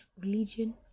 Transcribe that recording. religion